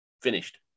finished